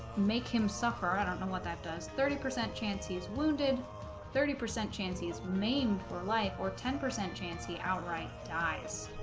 make him suffer i don't know what that does thirty percent chance he is wounded thirty percent chance he is maimed for life or ten percent chance he outright dies